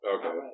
Okay